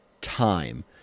time